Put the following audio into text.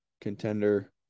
contender